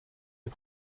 est